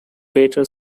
better